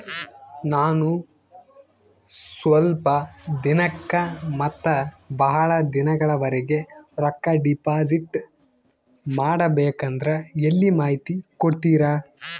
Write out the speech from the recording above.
ನಾನು ಸ್ವಲ್ಪ ದಿನಕ್ಕ ಮತ್ತ ಬಹಳ ದಿನಗಳವರೆಗೆ ರೊಕ್ಕ ಡಿಪಾಸಿಟ್ ಮಾಡಬೇಕಂದ್ರ ಎಲ್ಲಿ ಮಾಹಿತಿ ಕೊಡ್ತೇರಾ?